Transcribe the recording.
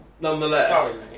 Nonetheless